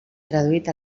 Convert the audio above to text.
traduït